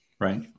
Right